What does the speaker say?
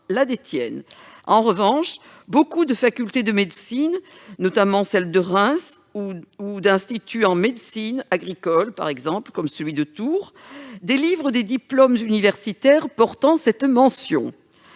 la détiennent. En revanche, nombre de facultés de médecine, notamment celle de Reims, ou d'institut en médecine agricole, comme celui de Tours, délivrent des diplômes universitaires portant cette mention.